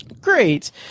Great